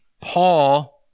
Paul